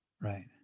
Right